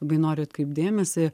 labai noriu atkreipt dėmesį